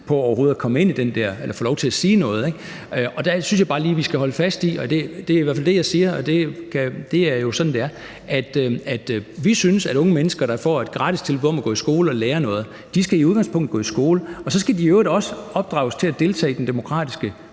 på overhovedet at komme ind i den der debat eller få lov til at sige noget. Der synes jeg bare lige, at vi skal holde fast i – det i hvert fald det, jeg siger, så det er sådan, det er – at vi synes, at unge mennesker, der får et gratis tilbud om at gå i skole og lære noget, i udgangspunktet skal gå i skole. Så skal de i øvrigt også opdrages til at deltage i den demokratiske